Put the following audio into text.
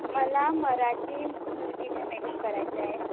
मला मराठी मुलगीचा मेकप करायचा आहे